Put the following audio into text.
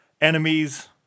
Enemies